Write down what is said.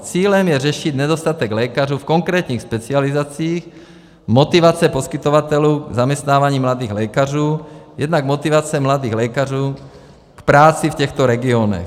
Cílem je řešit nedostatek lékařů v konkrétních specializacích, motivace poskytovatelů zaměstnávání mladých lékařů, jednak motivace mladých lékařů k práci v těchto regionech.